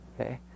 okay